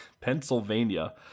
Pennsylvania